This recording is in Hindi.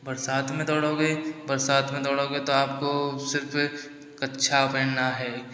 बरसात में दौड़ोगे बरसात में दौड़ोगे तो आपको सिर्फ कच्छा पहनना है